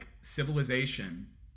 civilization